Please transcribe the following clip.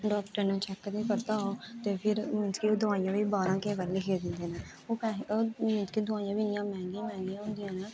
doctor ने check ते करदा ओह् ते फिर मतलब कि ओह् दवाइयां बी बाह्रां दियां लिखियै दिंदे न ओह् पैहे मतलब कि दवाइयां इन्नियां मैंह्गियां होंदियां न